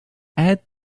add